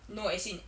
no as in